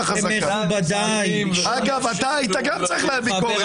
אגב, אתה היית גם צריך להביע ביקורת.